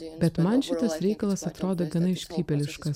bet man šitas reikalas atrodo gana iškrypėliškas